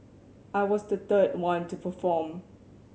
I was the third one to perform